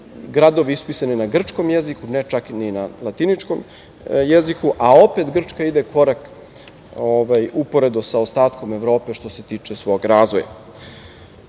gradove ispisane na grčkom jeziku, ne čak ni na latiničnom jeziku, a opet Grčka ide korak uporedo sa ostatkom Evrope što se tiče svog razvoja. Kada